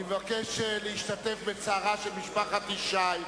אני מבקש להשתתף בצערה של משפחת ישי.